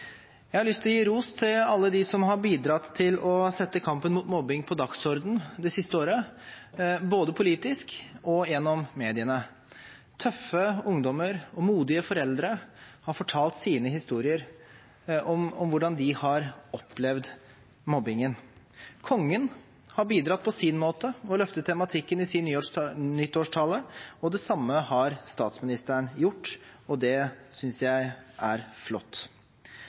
Jeg har lyst til å gi ros til alle dem som har bidratt til å sette kampen mot mobbing på dagsordenen det siste året, både politisk og gjennom mediene. Tøffe ungdommer og modige foreldre har fortalt sine historier om hvordan de har opplevd mobbingen. Kongen har bidratt på sin måte og løftet tematikken i sin nyttårstale, det samme har statsministeren gjort, og det synes jeg er flott.